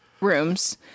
rooms